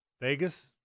Vegas